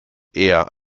eher